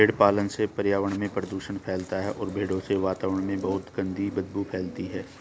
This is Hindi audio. भेड़ पालन से पर्यावरण में प्रदूषण फैलता है भेड़ों से वातावरण में बहुत गंदी बदबू फैलती है